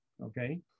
okay